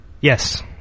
Yes